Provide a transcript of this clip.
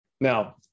Now